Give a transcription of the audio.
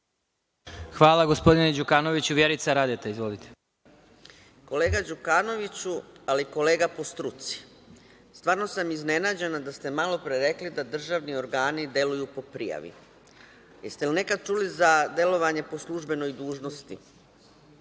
Hvala, gospodine Đukanoviću. Vjerica Radeta, izvolite. **Vjerica Radeta** Kolega Đukanoviću, ali kolega po struci, stvarno sam iznenađena da ste malopre rekli da državni organi deluju po prijavi. Jeste li nekad čuli za delovanje po službenoj dužnosti?